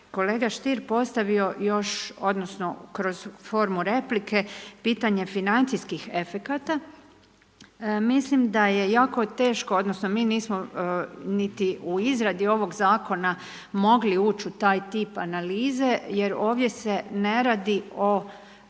kolega Stier postavio još, odnosno kroz formu replike, pitanje financijskih efekata. Mislim da je jako teško odnosno mi nismo niti u izradi ovog Zakona mogli ući u taj tip analize jer ovdje se ne radi o